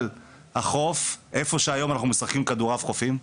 החוף איפה שאנחנו משחקים היום כדור-עף חופים.